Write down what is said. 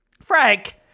Frank